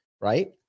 right